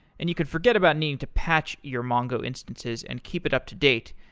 and you could forget about needing to patch your mongo instances and keep it up-to-date,